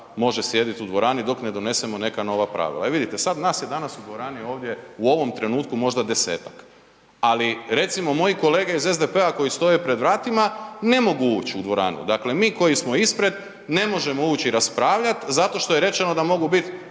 može sjedit u dvorani dok ne donesemo neka nova pravila. I vidite, sad nas je danas u dvorani ovdje, u ovom trenutku možda desetak. Ali recimo moji kolege iz SDP-a koji stoje pred vratima ne mogu uć u dovranu. Dakle mi koji smo ispred ne možemo uć i raspravljat zato što je rečeno da mogu bit